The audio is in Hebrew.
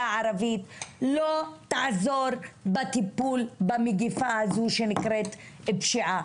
הערבית לא תעזור בטיפול במגפה הזו שנקראת פשיעה,